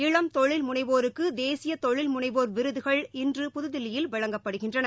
இளம் தொழில் முனைவோருக்கு தேசிய தொழில் முனைவோர் விருதுகள் இன்று புதுதில்லியில் வழங்கப்படுகின்றன